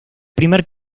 primer